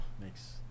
Makes